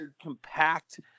compact